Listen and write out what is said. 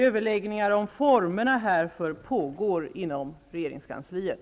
Överläggningar om formerna härför pågår inom regeringskansliet.